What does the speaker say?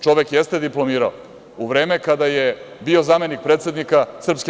Čovek jeste diplomirao u vreme kada je bio zamenik predsednika SRS.